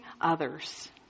others